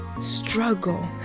struggle